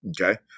okay